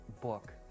book